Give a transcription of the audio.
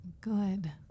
Good